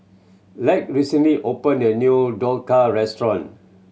Lex recently opened a new Dhokla Restaurant